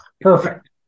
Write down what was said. Perfect